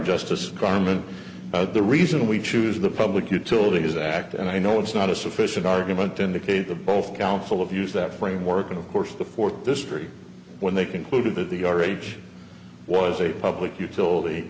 justice garment the reason we choose the public utilities act and i know it's not a sufficient argument to indicate that both council of use that framework and of course the fourth this tree when they concluded that the r h was a public utility